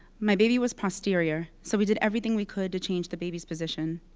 my baby was posterior, so we did everything we could to change the baby's position.